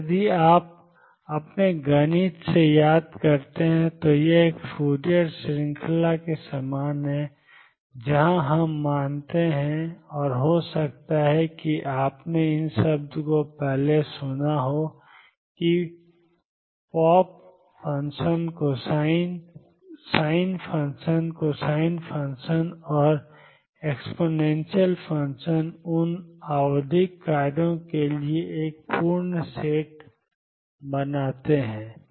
और यदि आप अपने गणित से याद करते हैं तो यह एक फूरियर श्रृंखला के समान है जहां हम मानते हैं और हो सकता है कि आपने इस शब्द को पहले सुना हो कि पाप फ़ंक्शन कोसाइन फ़ंक्शन और एक्सपोनेंशियल फ़ंक्शन उन आवधिक कार्यों के लिए एक पूर्ण सेट बनाते हैं